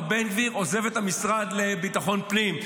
בן גביר עוזב את המשרד לביטחון פנים.